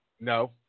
No